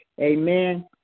amen